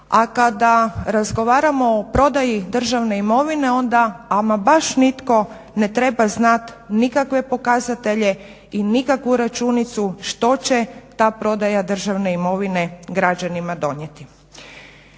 a kada razgovaramo o prodaji državne imovine onda ama baš nitko ne treba znati nikakve pokazatelje i nikakvu računicu što će ta prodaja državne imovine građanima donijeti.